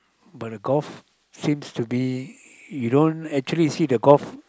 but the golf seems to be you don't actually see the golf